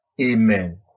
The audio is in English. Amen